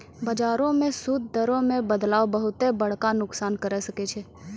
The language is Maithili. बजारो मे सूद दरो मे बदलाव बहुते बड़का नुकसान करै सकै छै